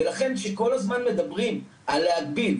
ולכן כשכל הזמן מדברים על להגביל,